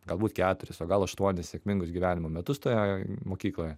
galbūt keturis o gal aštuonis sėkmingus gyvenimo metus toje mokykloje